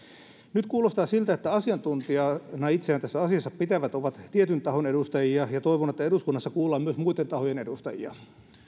nyt kuulostaa siltä että asiantuntijana itseään tässä asiassa pitävät ovat tietyn tahon edustajia ja toivon että eduskunnassa kuullaan myös muitten tahojen edustajia